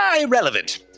irrelevant